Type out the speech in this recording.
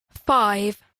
five